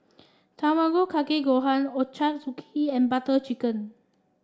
Tamago Kake Gohan Ochazuke and Butter Chicken